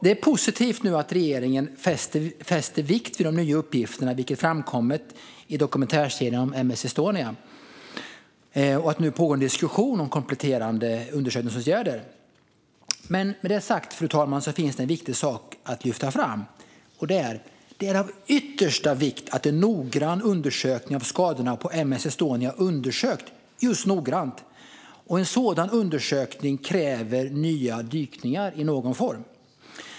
Det är positivt att regeringen fäster vikt vid de nya uppgifter som framkommit i dokumentärserien om M S Estonia görs, och en sådan undersökning kräver nya dykningar i någon form.